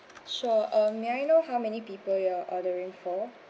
sure uh may I know how many people you're ordering for